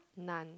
none